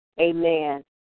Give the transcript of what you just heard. Amen